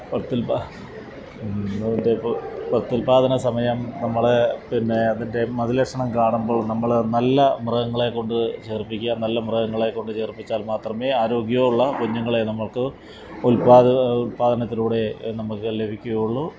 പ്രത്യുല്പ്പാദനം അതിന്റെയിപ്പോൾ പ്രത്യുല്പ്പാദന സമയം നമ്മൾ പിന്നേ അതിന്റെ ലക്ഷണം കാണുമ്പൾ നമ്മൾ നല്ല മൃഗങ്ങളേക്കൊണ്ട് ചേർപ്പിക്കുക നല്ല മൃഗങ്ങളെക്കൊണ്ട് ചേർപ്പിച്ചാല് മാത്രമേ ആരോഗ്യമുള്ള കുഞ്ഞുങ്ങളേ നമ്മള്ക്ക് ഉല്പ്പാദക ഉല്പ്പാദനത്തിലൂടെ നമ്മൾക്ക് ലഭിക്കുകയുള്ളു